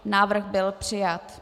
Návrh byl přijat.